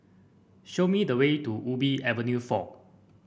show me the way to Ubi Avenue four